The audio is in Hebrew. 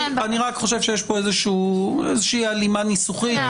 אני רק חושב שיש פה איזושהי הלימה ניסוחית.